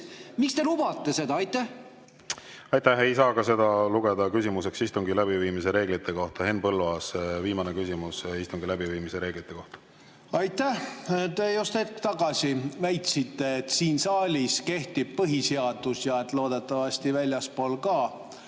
reeglite kohta. Aitäh! Ei saa ka seda lugeda küsimuseks istungi läbiviimise reeglite kohta. Henn Põlluaas, viimane küsimus istungi läbiviimise reeglite kohta. Aitäh! Te just hetk tagasi väitsite, et siin saalis kehtib põhiseadus ja et loodetavasti väljaspool ka.